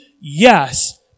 Yes